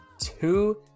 Two